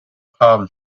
palm